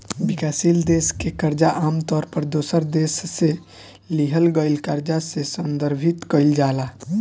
विकासशील देश के कर्जा आमतौर पर दोसरा देश से लिहल गईल कर्जा से संदर्भित कईल जाला